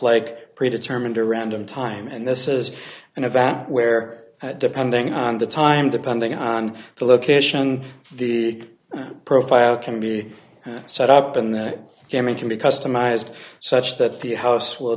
like pre determined or random time and this is an event where depending on the time depending on the location the profile can be set up in that game it can be customized such that the house w